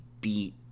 beat